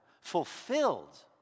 Fulfilled